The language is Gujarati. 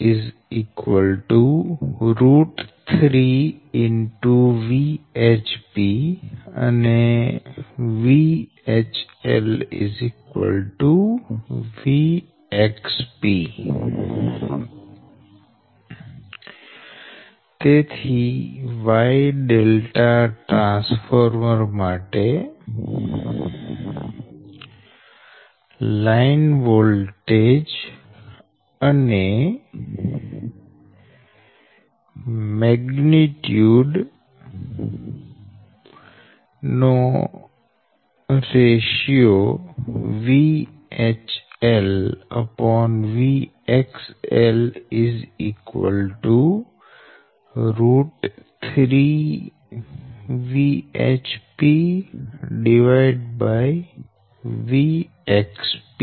VHL 3VHPઅને VXLVXP તેથી Y ટ્રાન્સફોર્મર માટે લાઈન વોલ્ટેજ મેગ્નિટયુડ નો રેશીયો VHLVXL3